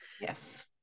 Yes